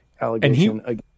allegation